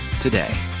today